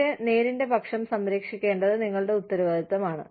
പക്ഷേ നേരിന്റെ പക്ഷം സംരക്ഷിക്കേണ്ടത് നിങ്ങളുടെ ഉത്തരവാദിത്തമാണ്